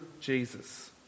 Jesus